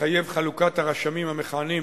תחייב חלוקת הרשמים המכהנים